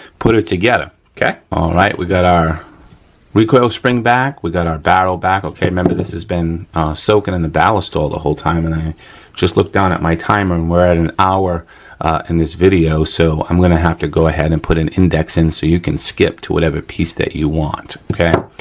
put her together, okay. all right, we got our recoil spring back. we got our barrel back, okay remember this has been soaking in the ballistol the whole time and i just looked down at my timer and we're at an hour in this video. so, i'm going to have to go ahead and put an index in so you can skip to whatever piece that you want, okay.